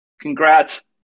congrats